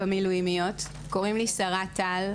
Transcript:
קוראים לי שרה טל.